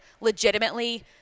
legitimately